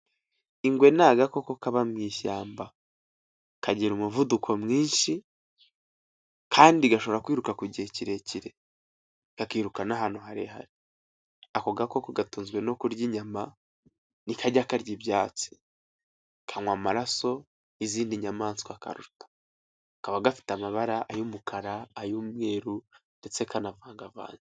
Ingwe ni agako kaba mu ishyamba, kagira umuvuduko mwinshi, kandi gashobora kwiruka ku gihe kirekire, kakwiruka n'ahantu harehare, ako gakoko gatunzwe no kurya inyama ntikajya karya ibyatsi, kanywa amaraso y'izindi nyamaswa kaba gafite amabara y 'umukara ay'umweru ndetse kanavanganga vanze.